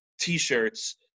T-shirts